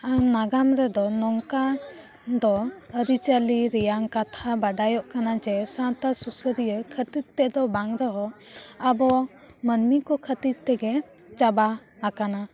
ᱱᱟᱜᱟᱢ ᱨᱮᱫᱚ ᱱᱚᱝᱠᱟ ᱫᱚ ᱟᱹᱨᱤᱪᱟᱹᱞᱤ ᱨᱮᱭᱟᱝ ᱠᱟᱛᱷᱟ ᱵᱟᱰᱟᱭᱚᱜ ᱠᱟᱱᱟ ᱡᱮ ᱥᱟᱶᱛᱟ ᱥᱩᱥᱟᱹᱨᱤᱭᱟᱹ ᱠᱷᱟᱹᱛᱤᱨ ᱛᱮᱫᱚ ᱵᱟᱝ ᱨᱮᱦᱚᱸ ᱟᱵᱚ ᱢᱟᱹᱱᱢᱤ ᱠᱚ ᱠᱷᱟᱹᱛᱤᱨ ᱛᱮᱜᱮ ᱪᱟᱵᱟ ᱟᱠᱟᱱᱟ